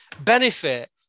benefit